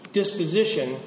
disposition